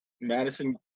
Madison